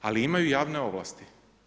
Ali imaju javne ovlasti.